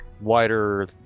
wider